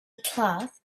cloth